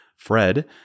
Fred